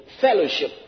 fellowship